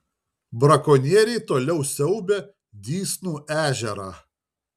brakonieriai toliau siaubia dysnų ežerą